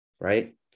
right